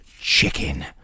Chicken